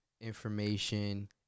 information